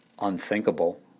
unthinkable